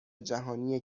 جهانی